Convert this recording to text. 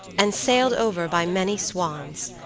and sailed over by many swans,